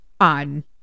on